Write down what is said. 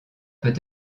peut